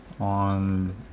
on